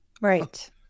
Right